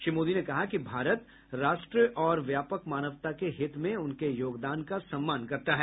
श्री मोदी ने कहा कि भारत राष्ट्र और व्यापक मानवता के हित में उनके योगदान का सम्मान करता है